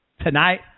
Tonight